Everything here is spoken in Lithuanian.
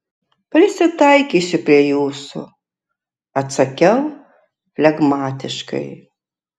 prisitaikysiu prie jūsų atsakiau flegmatiškai